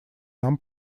нам